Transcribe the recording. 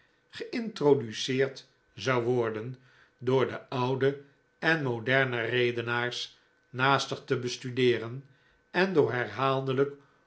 gei'ntroduceerd zou worden door de oude en moderne redenaars naarstig te bestudeeren en door herhaaldelijk